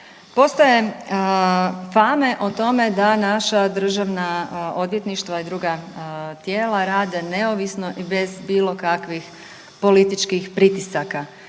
Postoje fame o tome da naša državna odvjetništva i druga tijela rade neovisno i bez bilo kakvih političkih pritisaka,